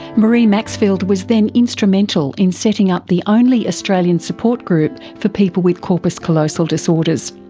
maree maxfield was then instrumental in setting up the only australian support group for people with corpus callosal disorders,